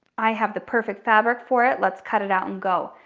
i have the perfect fabric for it, let's cut it out and go.